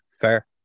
Fair